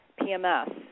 PMS